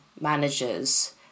managers